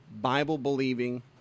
Bible-believing